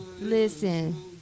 Listen